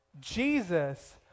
Jesus